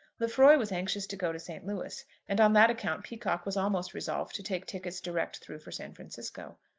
lefroy was anxious to go to st. louis and on that account peacocke was almost resolved to take tickets direct through for san francisco.